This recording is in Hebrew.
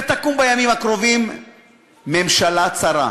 ותקום בימים הקרובים ממשלה צרה.